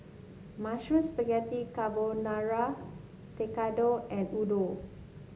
Mushroom Spaghetti Carbonara Tekkadon and Udon